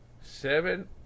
Seven